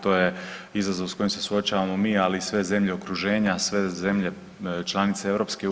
To je izazov s kojim se suočavamo mi, ali i sve zemlje okruženja, sve zemlje članice EU.